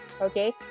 okay